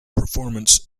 performance